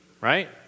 right